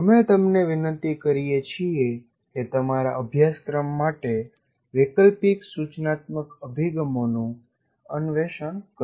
અમે તમને વિનંતી કરીએ છીએ કે તમારા અભ્યાસક્રમ માટે વૈકલ્પિક સૂચનાત્મક અભિગમો નું અન્વેષણ કરો